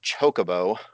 Chocobo